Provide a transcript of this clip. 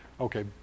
Okay